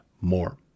more